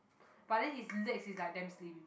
but then his legs is like damn slim